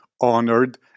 honored